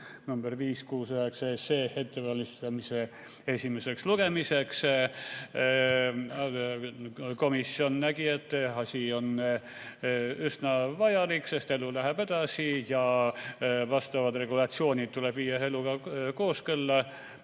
eelnõu 569 ettevalmistamise esimeseks lugemiseks. Komisjon nägi, et asi on üsna vajalik. Elu läheb edasi ja vastavad regulatsioonid tuleb viia eluga kooskõlla.